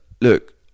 look